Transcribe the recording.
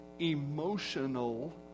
emotional